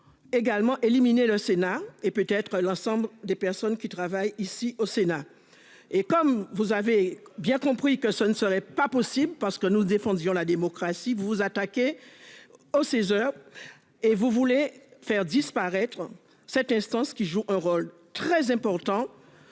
Également éliminé le Sénat et peut être l'ensemble des personnes qui travaillent ici au Sénat, et comme vous avez bien compris que ce ne serait pas possible parce que nous défendions la démocratie vous vous attaquez. Au 16h. Et vous voulez faire disparaître cette instance qui joue un rôle très important.